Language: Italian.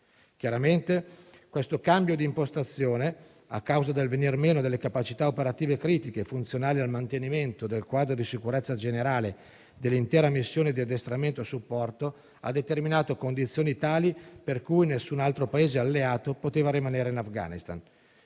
Chiaramente, questo cambio di impostazione, a causa del venir meno delle capacità operative, critiche e funzionali al mantenimento del quadro di sicurezza generale dell'intera missione di addestramento e supporto, ha determinato condizioni tali per cui nessun altro Paese alleato poteva rimanere in Afghanistan.